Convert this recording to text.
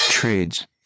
trades